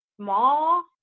small